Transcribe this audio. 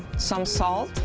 some salt